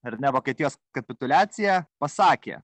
ar ne vokietijos kapituliaciją pasakė